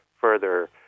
further